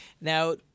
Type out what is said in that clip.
Now